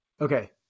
Okay